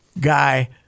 guy